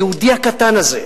היהודי הקטן הזה,